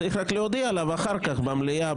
צריך רק להודיע עליו אחר כך במליאה,